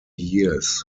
years